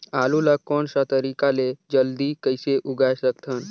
आलू ला कोन सा तरीका ले जल्दी कइसे उगाय सकथन?